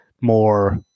more